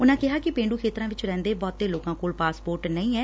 ਉਨਾਂ ਕਿਹਾ ਕਿ ਪੇਂਡੁ ਖੇਤਰਾਂ ਵਿਚ ਰਹਿਂਦੇ ਬਹੁਤੇ ਲੋਕਾਂ ਕੋਲ ਪਾਸਪੋਰਟ ਨਹੀ ਐ